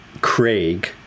Craig